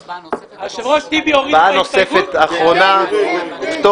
הצבעה בעד, פה אחד נגד, אין הצעת החוק נתקבלה.